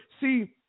See